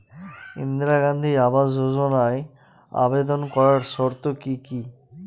ইন্দিরা গান্ধী আবাস যোজনায় আবেদন করার শর্ত কি কি?